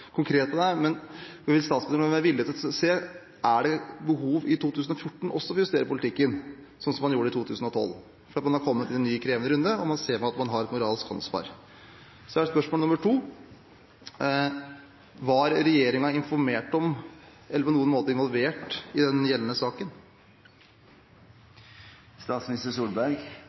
konkret på det: Vil statsministeren være villig til å se på om det er behov, også i 2014, for å justere politikken, slik man gjorde i 2012, fordi man er kommet inn i en ny krevende runde og ser at man har et moralsk ansvar? Så er spørsmål nummer to: Var regjeringen informert om, eller på noen måte involvert i, den gjeldende saken?